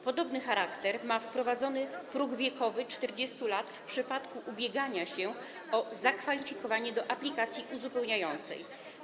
Podobny charakter ma wprowadzony próg wiekowy 40 lat w przypadku ubiegania się o zakwalifikowanie do aplikacji uzupełniającej.